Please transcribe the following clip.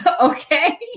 Okay